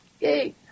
Yay